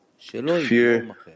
Fear